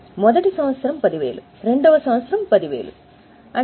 మొదటి సంవత్సరం 10000 రెండవ సంవత్సరం 10000